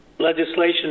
legislation